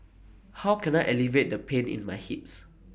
how can I alleviate the pain in my hips